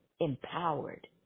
empowered